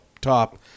top